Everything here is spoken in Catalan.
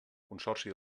consorci